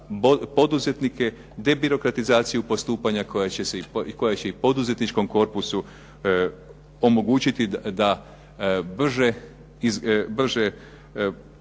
poduzetnike, debirokratizaciju postupanja koja će i poduzetničkom korpusu omogućiti da brže realizira